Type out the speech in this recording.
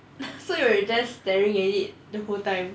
so you were just staring at it the whole time